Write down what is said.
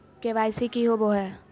KYC की हॉबे हय?